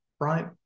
right